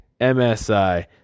MSI